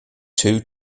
two